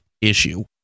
issue